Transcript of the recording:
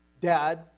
dad